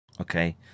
okay